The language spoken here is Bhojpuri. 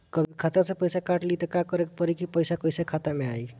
कभी खाता से पैसा काट लि त का करे के पड़ी कि पैसा कईसे खाता मे आई?